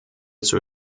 zur